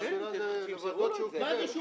סירב לקבל זה אישור מסירה.